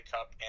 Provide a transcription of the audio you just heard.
Cup